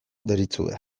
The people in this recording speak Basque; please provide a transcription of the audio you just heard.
deritzote